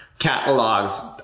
Catalogs